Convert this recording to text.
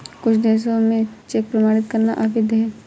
कुछ देशों में चेक प्रमाणित करना अवैध है